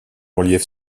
relief